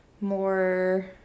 more